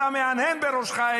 אתה מהנהן בראשך,